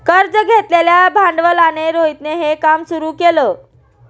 कर्ज घेतलेल्या भांडवलाने रोहितने हे काम सुरू केल